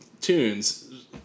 tunes